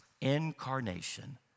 incarnation